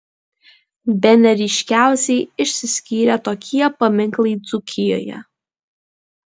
bene ryškiausiai išsiskyrė tokie paminklai dzūkijoje